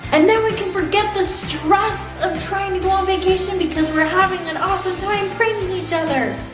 and then we can forget the stress of trying to go on vacation because we're having an awesome time pranking each other.